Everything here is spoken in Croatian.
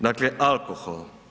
Dakle, alkohol.